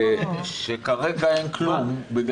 כרגע אין כלום.